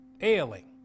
ailing